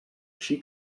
així